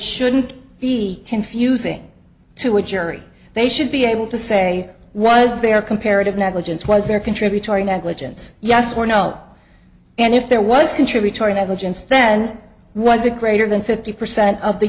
shouldn't be confusing to a jury they should be able to say was there comparative negligence was there contributory negligence yes or no and if there was contributory negligence then was a greater than fifty percent of the